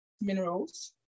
minerals